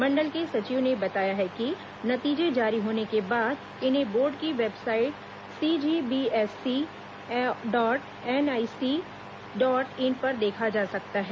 मंडल के सचिव ने बताया है कि नतीजे जारी होने के बाद इन्हें बोर्ड की website CGBSE dot NIC dot in पर देखा जा सकता है